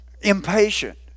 Impatient